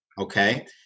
okay